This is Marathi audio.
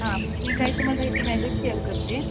हां म्हणजे मी काही तुम्हाला इमेजेस शेअर करते